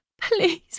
please